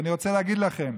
ואני רוצה להגיד לכם,